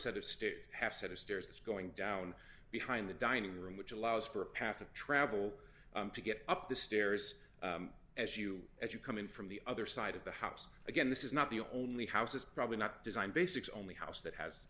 set of state have set of stairs that's going down behind the dining room which allows for a path of travel to get up the stairs as you as you come in from the other side of the house again this is not the only house it's probably not designed basics only house that has